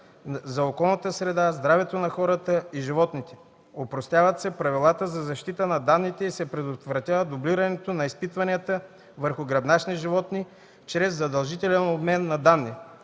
за околната среда, здравето на хората и животните. Опростяват се правилата за защита на данните и се предотвратява дублирането на изпитвания върху гръбначни животни чрез задължителен обмен на данни.